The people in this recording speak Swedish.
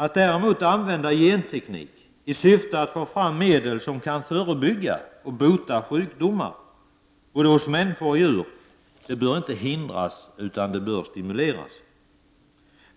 Att däremot använda genteknik i syfte att få fram medel som kan förebygga och bota sjukdomar både hos människor och djur bör inte hindras, utan det bör stimuleras.